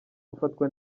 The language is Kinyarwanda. gufatwa